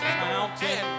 mountain